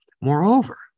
Moreover